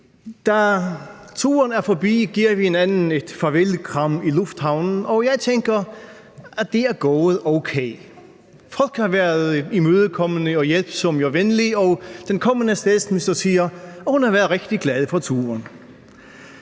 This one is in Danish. Da turen er forbi, giver vi hinanden et farvelkram i lufthavnen, og jeg tænker, at det er gået okay. Folk har været imødekommende og hjælpsomme og venlige, og den kommende statsminister siger, at hun har været rigtig glad for turen.